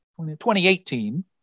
2018